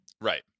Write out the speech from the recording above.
Right